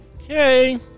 Okay